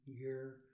year